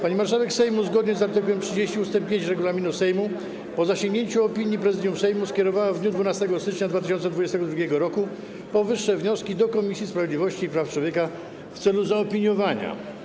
Pani marszałek Sejmu zgodnie z art. 30 ust. 5 regulaminu Sejmu, po zasięgnięciu opinii Prezydium Sejmu skierowała w dniu 12 stycznia 2022 r. powyższe wnioski do Komisji Sprawiedliwości i Praw Człowieka w celu zaopiniowania.